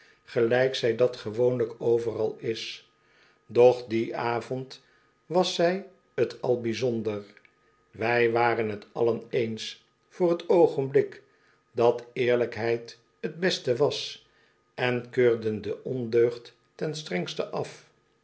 gelijk zij dat gewoonlijk overal is doch dien avond was zij t al bijzonder wij waren t allen eens voor t oogenblik dat eerlijkheid t beste was en keurden de ondeugd ten strengste af